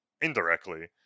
indirectly